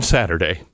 Saturday